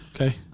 Okay